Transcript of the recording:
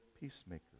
peacemaker